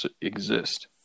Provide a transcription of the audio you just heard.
exist